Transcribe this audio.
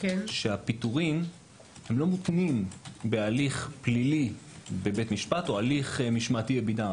שהפיטורים לא מותנים בהליך פלילי בבית משפט או הליך משמעתי בביד"ם.